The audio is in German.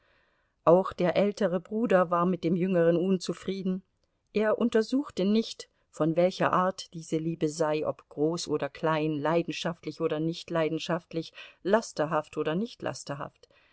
auch der ältere bruder war mit dem jüngeren unzufrieden er untersuchte nicht von welcher art diese liebe sei ob groß oder klein leidenschaftlich oder nicht leidenschaftlich lasterhaft oder nicht